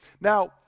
Now